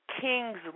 King's